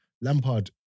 Lampard